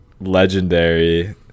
Legendary